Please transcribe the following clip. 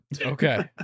Okay